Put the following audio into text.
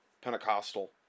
Pentecostal